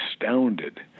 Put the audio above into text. astounded